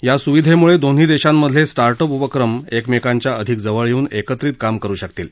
या स्विधेमुळे दोन्ही देशांमधले स्टार्ट अप उपक्रम एकमेकांच्या अधिक जवळ येऊन एकत्रित काम करू शकतील